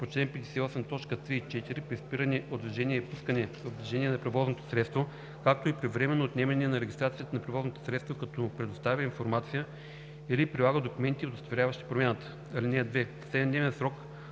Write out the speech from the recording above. по чл. 58, т. 3 и 4, при спиране от движение и пускане в движение на превозното средство, както и при временно отнемане на регистрацията на превозното средство, като предоставя информация или прилага документи, удостоверяващи промяната. (2) В 7-дневен срок